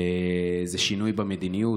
איזה שינוי במדיניות,